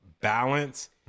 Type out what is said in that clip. balance